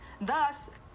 thus